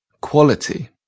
Quality